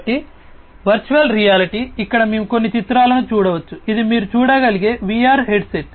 కాబట్టి virtual reality ఇక్కడ మేము కొన్ని చిత్రాలను చూడవచ్చు ఇది మీరు చూడగలిగే VR హెడ్సెట్